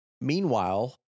Meanwhile